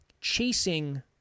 chasing